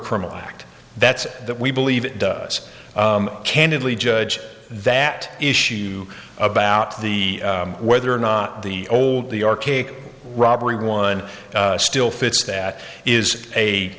criminal act that's that we believe it does candidly judge that issue about the whether or not the old the archaic robbery one still fits that is a